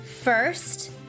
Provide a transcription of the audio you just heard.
First